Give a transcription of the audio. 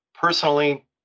personally